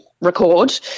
record